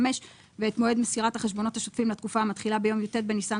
ואת מועד מסירת החשבונות השוטפים לתקופה המתחילה ביום י"ט בניסן